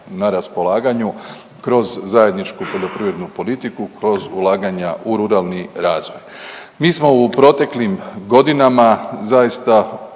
na raspolaganju kroz zajedničku poljoprivrednu politiku, kroz ulaganja u ruralni razvoj. Mi smo u proteklim godinama zaista na